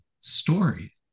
story